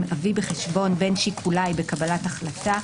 אביאו בחשבון בין שיקוליי בקבלת החלטה,